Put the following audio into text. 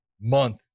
month